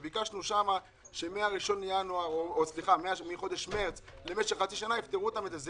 וביקשנו שם שמחודש מרץ למשך חצי שנה יפטרו אותן מזה.